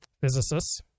physicists